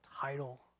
title